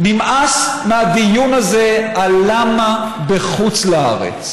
נמאס מהדיון הזה על למה בחוץ-לארץ.